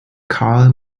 karl